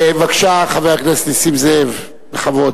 בבקשה, חבר הכנסת נסים זאב, בכבוד.